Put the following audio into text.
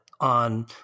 on